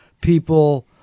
people